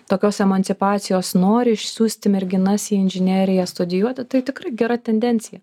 tokios emancipacijos nori išsiųsti merginas į inžineriją studijuoti tai tikrai gera tendencija